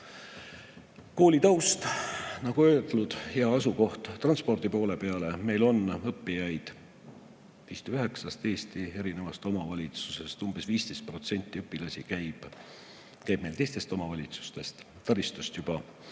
Kooli taust. Nagu öeldud, hea asukoht transpordi poole pealt, meil on õppijaid vist üheksast Eesti omavalitsusest. Umbes 15% õpilasi käib meil teistest omavalitsustest. Taristut juba